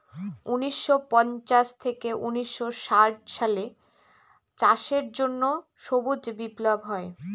উনিশশো পঞ্চাশ থেকে উনিশশো ষাট সালে চাষের জন্য সবুজ বিপ্লব হয়